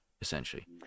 essentially